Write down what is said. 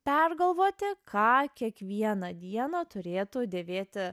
pergalvoti ką kiekvieną dieną turėtų dėvėti